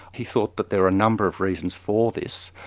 he thought that there were a number of reasons for this.